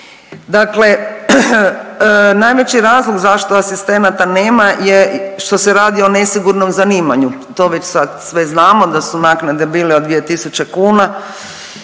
Dakle, najveći razlog zašto asistenata nema je što se radi o nesigurnom zanimanju. To već sad sve znamo da su naknade bile od 2.000 kuna,